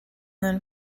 then